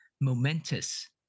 momentous